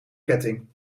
ketting